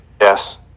Yes